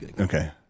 Okay